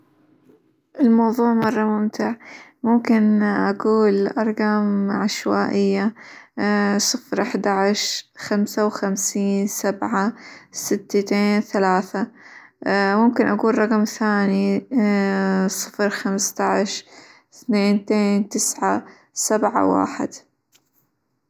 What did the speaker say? الموظوع مرة ممتع، ممكن أقول أرقام عشوائية، صفر، احداعشر، خمسة وخمسين، سبعة، ستتين، ثلاثة، ممكن أقول رقم ثاني صفر خمسةعشر، اثنينتين، تسعة سبعة، واحد.